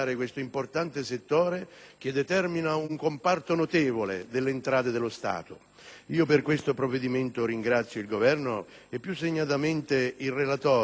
Per questo provvedimento ringrazio il Governo e più segnatamente il relatore, che ci ha dato in Commissione una corposa relazione e ci ha aiutato a comprendere quanto segue.